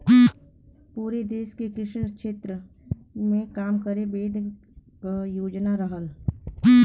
पुरे देस के कृषि क्षेत्र मे काम करे बदे क योजना रहल